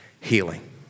healing